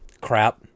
Crap